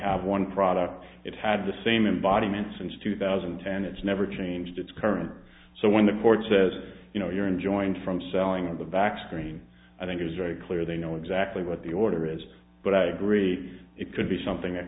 have one product it had the same embodiment since two thousand and ten it's never changed it's current so when the court says you know you're enjoined from selling of the back screen i think it's very clear they know exactly what the order is but i agree it could be something that